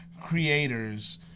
creators